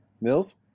Mills